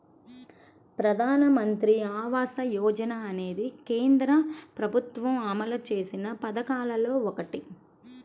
ప్రధానమంత్రి ఆవాస యోజన అనేది కేంద్ర ప్రభుత్వం అమలు చేసిన పథకాల్లో ఒకటి